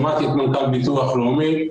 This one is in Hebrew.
שמעתי את מנכ"ל הביטוח לאומי.